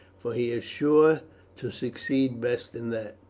for he is sure to succeed best in that.